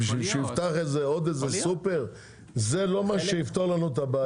זה לא מה שיפתור לנו את הבעיה.